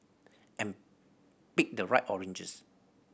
and pick the right oranges